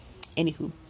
anywho